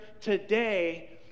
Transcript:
today